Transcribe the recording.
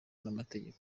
n’amategeko